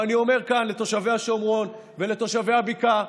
ואני אומר כאן לתושבי השומרון ולתושבי הבקעה